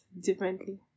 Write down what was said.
differently